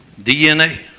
DNA